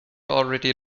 already